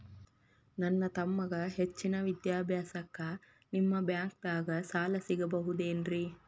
ನನ್ನ ತಮ್ಮಗ ಹೆಚ್ಚಿನ ವಿದ್ಯಾಭ್ಯಾಸಕ್ಕ ನಿಮ್ಮ ಬ್ಯಾಂಕ್ ದಾಗ ಸಾಲ ಸಿಗಬಹುದೇನ್ರಿ?